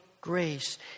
grace